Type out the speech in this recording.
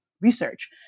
research